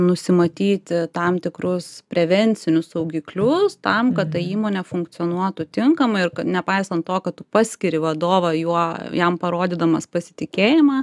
nusimatyti tam tikrus prevencinius saugiklius tam kad įmonė funkcionuotų tinkamai ir nepaisant to kad tu paskiri vadovą juo jam parodydamas pasitikėjimą